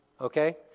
Okay